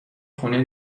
خونه